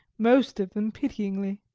most of them pityingly.